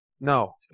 no